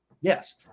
Yes